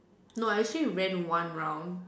no I say ran one round